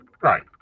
Right